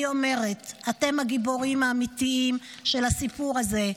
אני אומרת: אתם הגיבורים האמיתיים של הסיפור הזה.